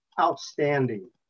outstanding